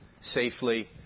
safely